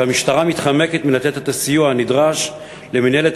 והמשטרה מתחמקת מלתת את הסיוע הנדרש למינהלת